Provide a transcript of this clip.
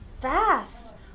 fast